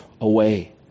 away